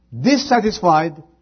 dissatisfied